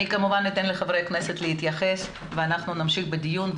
אני כמובן אתן לחברי הכנסת להתייחס ואחר כך נמשיך בדיון.